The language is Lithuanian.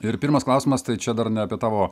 ir pirmas klausimas tai čia dar ne apie tavo